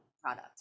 product